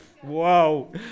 Whoa